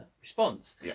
response